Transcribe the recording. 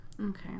Okay